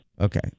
Okay